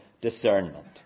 discernment